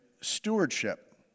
stewardship